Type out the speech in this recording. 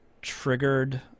triggered